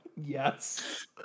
yes